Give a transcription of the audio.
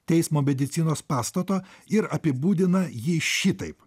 teismo medicinos pastato ir apibūdina jį šitaip